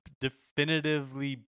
definitively